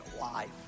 life